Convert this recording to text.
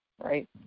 Right